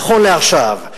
נכון לעכשיו,